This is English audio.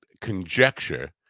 conjecture